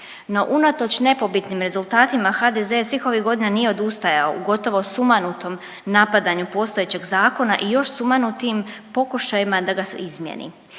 No unatoč nepobitnim rezultatima HDZ svih ovih godina nije odustajao u gotovo sumanutom napadanju postojećeg zakona i još sumanutijim pokušajima da ga izmijeni.